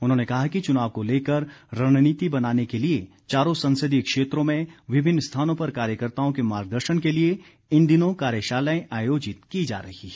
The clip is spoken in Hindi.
उन्होंने कहा कि चुनाव को लेकर रणनीति बनाने के लिए चारों संसदीय क्षेत्रों में विभिन्न स्थानों पर कार्यकर्ताओं के मार्गदर्शन के लिए इन दिनों कार्यशालाएं आयोजित की जा रही हैं